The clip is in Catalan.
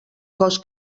cos